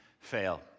fail